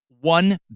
one